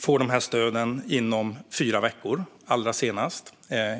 får stöden inom fyra veckor, allra senast.